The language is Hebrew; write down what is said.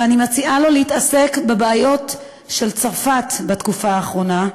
ואני מציעה לו להתעסק בבעיות של צרפת בתקופה האחרונה,